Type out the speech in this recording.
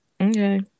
Okay